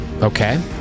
Okay